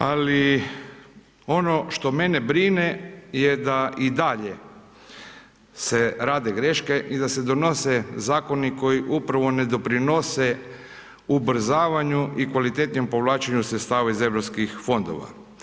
Ali, ono što mene brine, je da i dalje se rade greške i da se donose zakoni koji upravo ne doprinose ubrzavanju i kvalitetnijem povlačenjem sredstava iz europskih fondova.